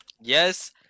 Yes